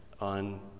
on